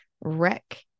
wreck